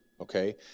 okay